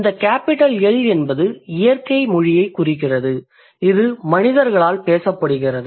இந்தக் capital L என்பது இயற்கை மொழியைக் குறிக்கிறது இது மனிதர்களால் பேசப்படுகிறது